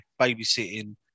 babysitting